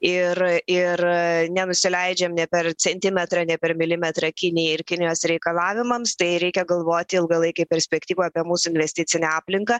ir ir nenusileidžiam nė per centimetrą nė per milimetrą kinijai ir kinijos reikalavimams tai reikia galvoti ilgalaikėj perspektyvoj apie mūsų investicinę aplinką